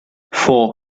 four